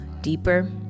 deeper